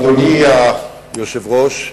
אדוני היושב-ראש,